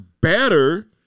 better